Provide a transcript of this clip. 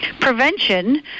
Prevention